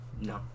No